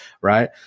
Right